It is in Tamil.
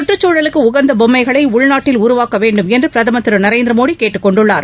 சுற்றுச்சூழலுக்கு உகந்த பொம்மைகளை உள்நாட்டில் உருவாக்கவேண்டும் என்று பிரதமர் திரு நரேந்திரமோடி கேட்டுக்கொண்டுள்ளார்